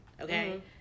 okay